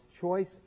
choice